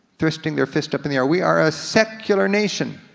thrusting their fist up in the air, we are a secular nation.